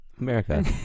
America